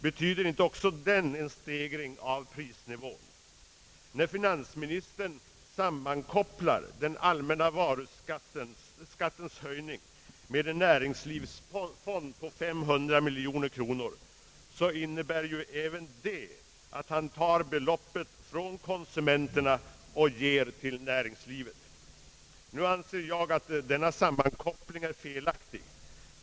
Betyder inte också den en stegring av prisnivån? När finansministern sammankopplat den allmänna varuskattens höjning med en näringslivsfond på 500 miljoner kronor, innebär ju även det att han tar beloppet från konsumenterna och ger det till näringslivet. Jag anser att denna sammankoppling är felaktig.